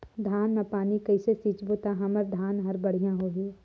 धान मा पानी कइसे सिंचबो ता हमर धन हर बढ़िया होही?